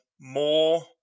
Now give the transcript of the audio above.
more